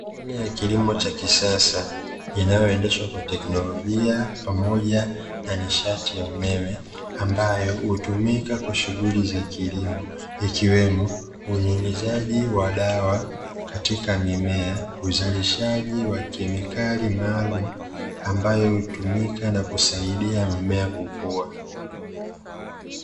Aina ya kilimo cha kisasa inayoendeshwa kwa teknolojia pamoja na nishati ya umeme ambayo hutumika kwa shughuli za kilimo, ikiwemo unyunyiziaji wa dawa katika mimea; uzalishaji wa kemikali maalumu ambayo hutumika na kusaidia mimea kukua.